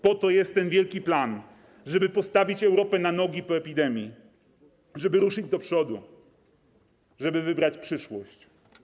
Po to jest ten wielki plan, żeby postawić Europę na nogi po epidemii, żeby ruszyć do przodu, żeby wybrać przyszłość.